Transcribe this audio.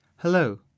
Hello